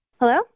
Hello